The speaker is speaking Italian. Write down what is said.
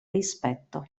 rispetto